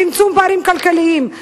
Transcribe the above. צמצום פערים כלכליים-חברתיים,